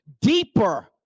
deeper